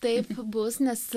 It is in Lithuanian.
taip bus nes